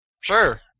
Sure